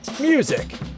Music